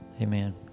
amen